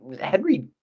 Henry